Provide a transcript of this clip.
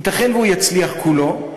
ייתכן שהוא יצליח כולו,